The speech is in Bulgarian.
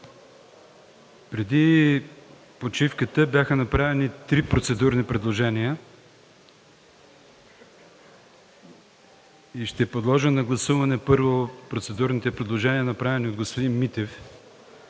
Преди почивката бяха направени три процедурни предложения. Първо ще подложа на гласуване процедурните предложения, направени от господин Митев,